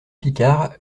picard